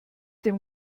dem